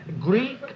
Greek